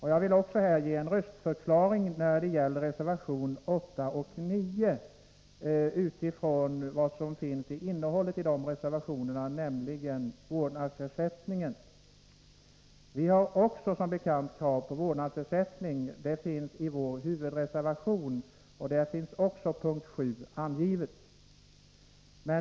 Jag vill också här avge en röstförklaring när det gäller reservation 8 och 9 utifrån innehållet i de reservationerna; de behandlar vårdnadsersättningen. Vi har som bekant också krav på vårdsnadsersättning. Det förs fram i vår huvudreservation, där mom. 7 i hemställan finns angivet.